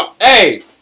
Hey